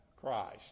Christ